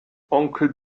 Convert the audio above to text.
onkel